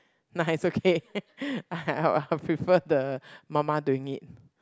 nah is okay I I'll I'll prefer the mama doing it